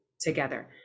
together